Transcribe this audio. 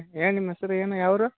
ಏನು ನಿಮ್ಮ ಹೆಸ್ರು ಏನು ಯಾವ ಊರು